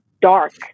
dark